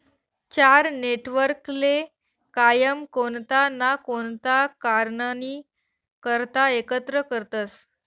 चार नेटवर्कले कायम कोणता ना कोणता कारणनी करता एकत्र करतसं